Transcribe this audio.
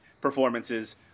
performances